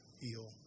heal